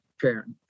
parent